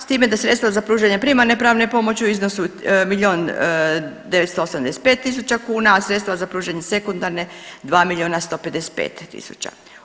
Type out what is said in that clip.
S time da sredstva za pružanje primarne pravne pomoći u iznosu milion 985 tisuća kuna, a sredstva za pružanje sekundarne 2 miliona 155 tisuća.